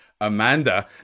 amanda